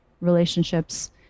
relationships